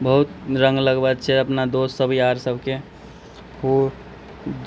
बहुत रङ्ग लगबैत छियै अपना दोस्त सभ यार सभके हो